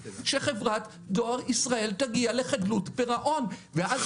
שחברת דואר ישראל תגיע לחדלות פירעון ואז